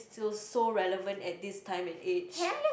still so relevant at this time and age